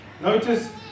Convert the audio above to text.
Notice